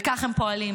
וככה הם פועלים,